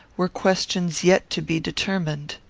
were questions yet to be determined.